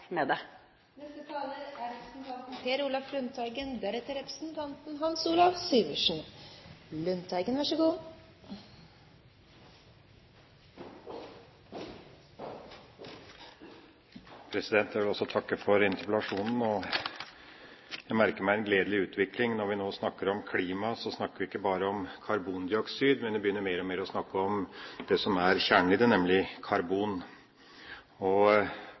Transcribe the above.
med det? Jeg vil også takke for interpellasjonen. Jeg merker meg en gledelig utvikling: Når vi nå snakker om klima, snakker vi ikke bare om karbondioksid, men vi begynner mer og mer å snakke om det som er kjernen i det, nemlig karbon.